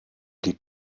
die